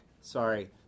sorry